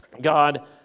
God